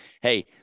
hey